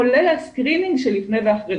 כולל הסקרינינג של לפני ואחרי,